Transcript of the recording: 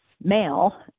male